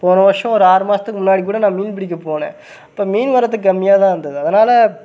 போன வருஷம் ஒரு ஆறு மாதத்துக்கு முன்னாடி கூட நான் மீன் பிடிக்கப் போனேன் அப்போ மீன் வரத்து கம்மியாக தான் இருந்தது அதனால்